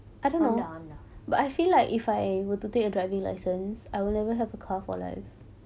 Honda Honda